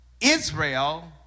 Israel